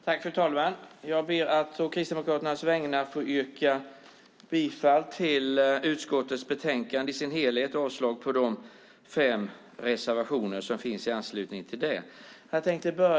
Fru talman! Jag ber att å Kristdemokraternas vägnar få yrka bifall till förslaget i utskottets betänkande i dess helhet och avslag på de fem reservationer som finns i anslutning till det. Fru talman!